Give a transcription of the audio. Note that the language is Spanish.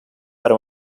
para